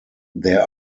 there